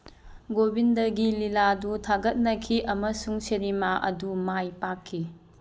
ꯒꯣꯕꯤꯟꯗꯒꯤ ꯂꯤꯂꯥꯗꯨ ꯊꯥꯒꯠꯅꯈꯤ ꯑꯃꯁꯨꯡ ꯁꯤꯅꯤꯃꯥ ꯑꯗꯨ ꯃꯥꯏ ꯄꯥꯛꯈꯤ